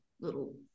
little